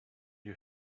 you